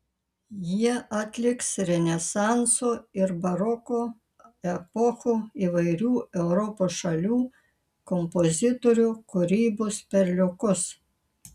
jie atliks renesanso ir baroko epochų įvairių europos šalių kompozitorių kūrybos perliukus